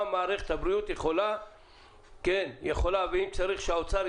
גם מערכת הבריאות יכולה,